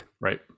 Right